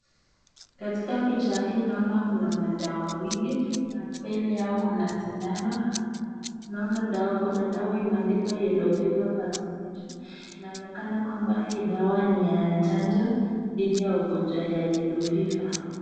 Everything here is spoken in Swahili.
Katika picha hii naona kuna madawa mingi na mbele yao kuna sindano. Naona dawa, kuna dawa imeandikwa yellow fever vaccination . Inaonekana kwamba hii dawa ni ya chanjo dhidi ya ugonjwa ya yellow fever .